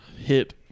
hit